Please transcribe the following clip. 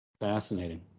fascinating